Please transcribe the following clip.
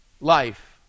life